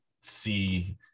see